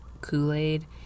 Kool-Aid